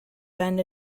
bend